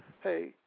hey